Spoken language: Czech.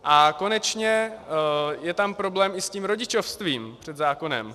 A konečně je tam problém i s tím rodičovstvím před zákonem.